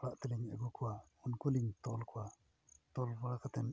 ᱚᱲᱟᱜ ᱛᱮᱞᱤᱧ ᱟᱹᱜᱩ ᱠᱚᱣᱟ ᱩᱱᱠᱩ ᱞᱤᱧ ᱛᱚᱞ ᱠᱚᱣᱟ ᱛᱚᱞ ᱵᱟᱲᱟ ᱠᱟᱛᱮᱱ